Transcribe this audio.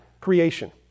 creation